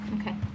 Okay